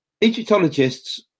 egyptologists